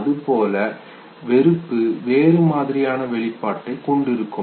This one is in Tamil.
அதுபோல வெறுப்பு வேறு மாதிரியான வெளிப்பாட்டை கொண்டிருக்கும்